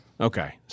Okay